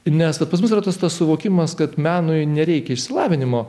nes vat pas mus yra tas suvokimas kad menui nereikia išsilavinimo